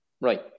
right